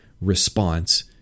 response